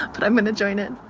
but i'm going to join it